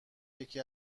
یکی